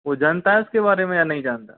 वो जानता है उसके बारे में या नहीं जानता